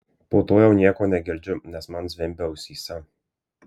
po to jau nieko negirdžiu nes man zvimbia ausyse